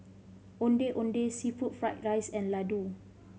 Ondeh Ondeh seafood fried rice and laddu